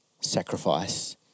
sacrifice